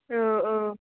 औ औ